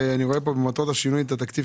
במטרות השינויים אני רואה את התקציב